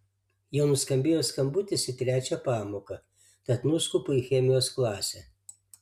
jau nuskambėjo skambutis į trečią pamoką tad nuskubu į chemijos klasę